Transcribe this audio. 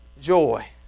joy